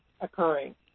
occurring